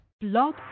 Blog